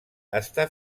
està